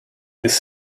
this